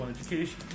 Education